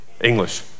English